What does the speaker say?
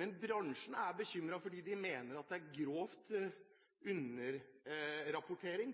Men bransjen er bekymret fordi de mener at det er grov underrapportering